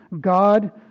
God